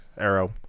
Arrow